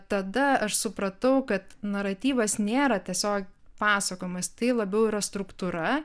tada aš supratau kad naratyvas nėra tiesiog pasakojimas tai labiau yra struktūra